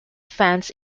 fans